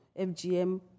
FGM